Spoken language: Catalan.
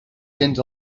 cents